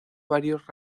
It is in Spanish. varios